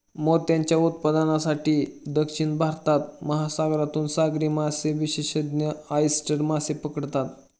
मोत्यांच्या उत्पादनासाठी, दक्षिण भारतात, महासागरातून सागरी मासेविशेषज्ञ ऑयस्टर मासे पकडतात